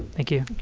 thank you.